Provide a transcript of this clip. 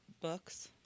books